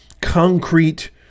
concrete